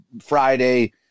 Friday